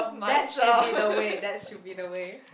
that should be the way that should be the way